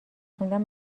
خوندن